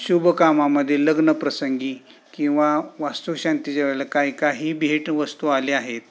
शुभ कामामध्ये लग्नप्रसंगी किंवा वास्तुशांतीच्या वेळेला काही काही भेटवस्तू आले आहेत